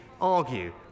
argue